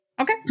Okay